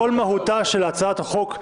כל מהותה של הצעת החוק,